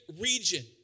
region